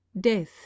death